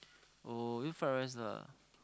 oh eat fried rice lah